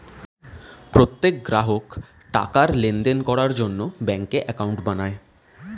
প্রত্যেক গ্রাহক টাকার লেনদেন করার জন্য ব্যাঙ্কে অ্যাকাউন্ট বানায়